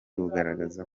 bugaragaza